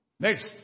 Next